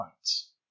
Fights